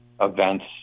events